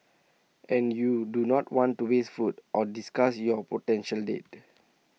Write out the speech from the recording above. and you do not want to waste food nor disgust your potential date